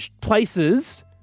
places